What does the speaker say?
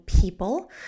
people